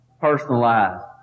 personalized